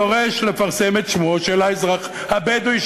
אני דורש לפרסם את שמו של האזרחי הבדואי,